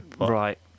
right